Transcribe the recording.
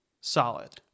solid